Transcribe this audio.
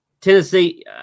Tennessee